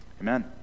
Amen